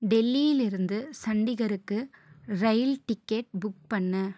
டெல்லியில் இருந்து சண்டிகருக்கு ரயில் டிக்கெட் புக் பண்ணு